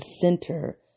center